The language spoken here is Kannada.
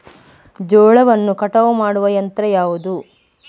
ಜೋಳವನ್ನು ಕಟಾವು ಮಾಡುವ ಯಂತ್ರ ಯಾವುದು?